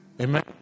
Amen